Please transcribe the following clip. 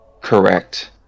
correct